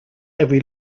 every